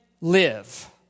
live